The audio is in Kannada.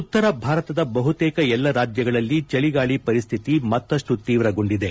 ಉತ್ತರ ಭಾರತದ ಬಹುತೇಕ ಎಲ್ಲ ರಾಜ್ಯಗಳಲ್ಲಿ ಚಳಿಗಾಳಿ ಪರಿಸ್ಥಿತಿ ಮತ್ತಷ್ಟು ತೀವ್ರಗೊಂಡಿದೆ